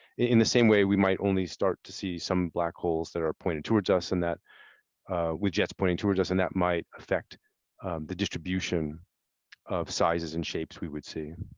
in the same way we might only start to see some black holes that are pointed towards us and that with jets pointing toward us, and that might effect the distribution of sizes and shapes we would see.